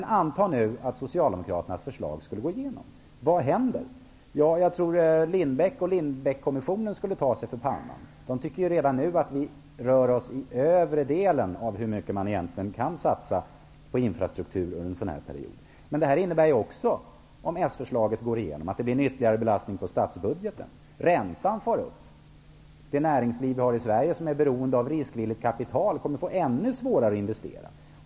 Antag att Socialdemokraternas förslag skulle gå igenom. Vad händer? Jag tror att Assar Lindbeck och Lindbeckkommissionen skulle ta sig för pannan. De tycker att vi redan nu ligger högt när det gäller vad man egentligen kan satsa på infrastruktur under en sådan här period. Om s-förslaget går igenom blir det en ytterligare belastning på statsbudgeten. Räntan far upp. Det näringsliv vi har i Sverige som är beroende av riskvilligt kapital kommer att få ännu svårare att investera.